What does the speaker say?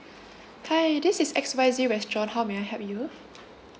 hi this is X Y Z restaurant how may I help you